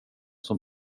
som